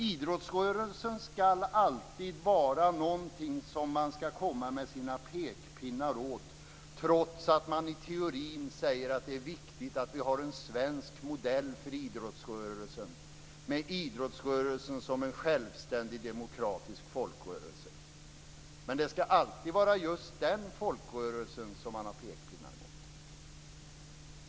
Idrottsrörelsen skall alltid vara någonting som man skall komma med sina pekpinnar mot, trots att man i teorin säger att det är viktigt att vi har en svensk modell för idrottsrörelsen som en självständig demokratisk folkrörelse. Men det skall alltid vara just den folkrörelsen som man har pekpinnar mot.